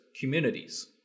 communities